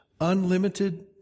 unlimited